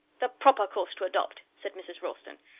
the proper course to adopt! said mrs. ralston.